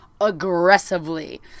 aggressively